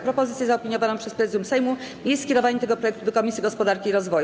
Propozycją zaopiniowaną przez Prezydium Sejmu jest skierowanie tego projektu do Komisji Gospodarki i Rozwoju.